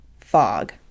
Fog